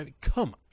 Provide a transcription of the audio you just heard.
come